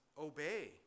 Obey